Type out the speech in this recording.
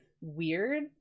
weird